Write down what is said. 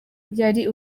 yari